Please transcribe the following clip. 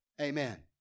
Amen